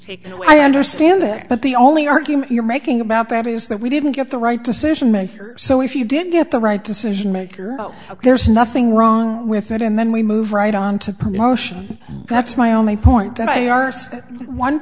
taken away i understand that but the only argument you're making about that is that we didn't get the right decision maker so if you didn't get the right decision maker there's nothing wrong with it and then we move right on to promotion that's my only point that